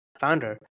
founder